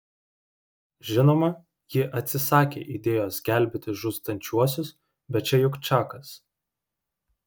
žinoma ji atsisakė idėjos gelbėti žūstančiuosius bet čia juk čakas